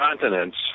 continents